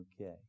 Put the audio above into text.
Okay